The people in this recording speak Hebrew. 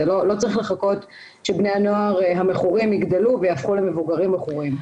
לא צריך לחכות שבני הנוער המכורים יגדלו ויהפכו למבוגרים מכורים.